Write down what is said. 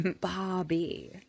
Bobby